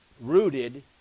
rooted